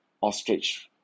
ostrich